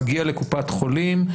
הוא מגיע לקופת חולים.